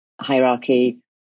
hierarchy